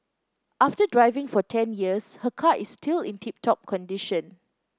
after driving for ten years her car is still in tip top condition